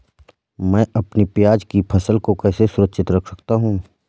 मैं अपनी प्याज की फसल को कैसे सुरक्षित रख सकता हूँ?